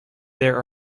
there